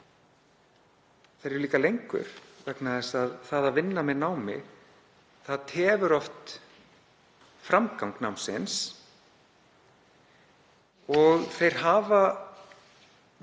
Þeir eru líka lengur vegna þess að það að vinna með námi tefur oft framgang námsins og þeir hafa meiri